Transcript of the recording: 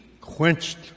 quenched